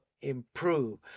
improve